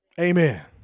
Amen